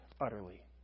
utterly